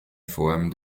form